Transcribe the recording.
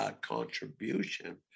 contribution